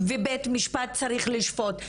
ובית משפט צריך לשפוט.